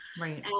Right